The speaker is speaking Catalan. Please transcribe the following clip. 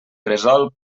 gresol